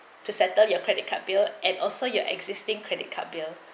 to settle your credit card bill and also your existing credit card bill